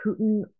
putin